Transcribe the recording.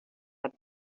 had